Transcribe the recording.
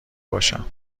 باشم